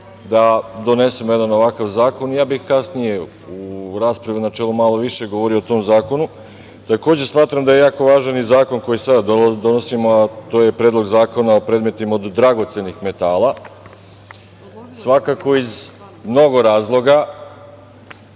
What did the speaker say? da donesemo jedan ovakav zakon. Kasnije, u raspravi u načelu, ja bih malo više govorio o tom zakonu. Takođe, smatram da je jako važan i zakon koji sad donosimo, a to je Predlog zakona o predmetima od dragocenih metala, svakako iz mnogo razloga.